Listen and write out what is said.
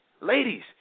Ladies